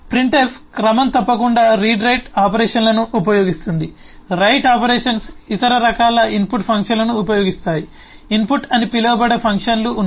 printf క్రమం తప్పకుండా read write ఆపరేషన్లను ఉపయోగిస్తుంది రైట్ ఆపరేషన్స్ ఇతర రకాల ఇన్పుట్ ఫంక్షన్లను ఉపయోగిస్తాయి ఇన్పుట్ అని పిలువబడే ఫంక్షన్లు ఉన్నాయి